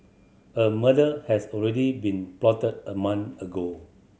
a murder has already been plotted a month ago